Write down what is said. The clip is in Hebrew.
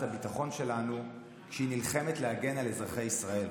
הביטחון שלנו כשהיא נלחמת להגן על אזרחי ישראל.